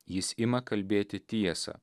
jis ima kalbėti tiesą